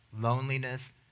loneliness